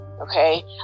okay